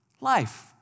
life